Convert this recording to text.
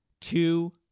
Two